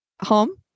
home